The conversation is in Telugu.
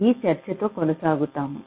ఈ చర్చతో కొనసాగుతాము